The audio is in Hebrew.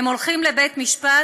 הם הולכים לבית-משפט,